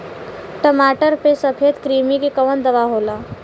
टमाटर पे सफेद क्रीमी के कवन दवा होला?